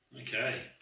okay